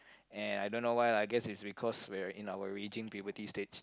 and I don't know why I guess because we're in our arranging puberty stage